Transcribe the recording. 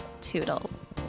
Toodles